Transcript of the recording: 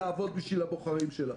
לעבוד בשביל הבוחרים שלכם.